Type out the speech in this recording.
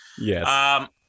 Yes